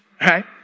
right